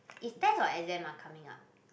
is test or exam ah coming up